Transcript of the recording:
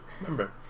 Remember